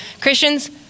Christians